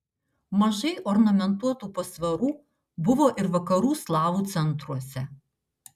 mažai ornamentuotų pasvarų buvo ir vakarų slavų centruose